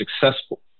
successful